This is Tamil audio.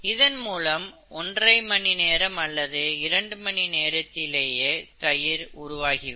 இதன் மூலம் ஒன்றரை மணி நேரம் அல்லது இரண்டு மணி நேரத்திலேயே தயிர் உருவாகிவிடும்